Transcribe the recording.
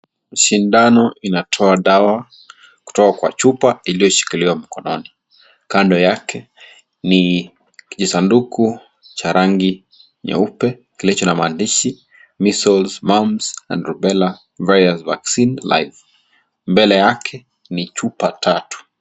Sindano inatoa dawa kutoka kwa chupa iliyoshikiliwa mkononi. Kando yake ni kijisanduku cha rangi nyeupe, kilicho na maandishi, measles, mumps, and rubella virus vaccine life] . Mbele yake ni chupa tatu.